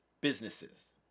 businesses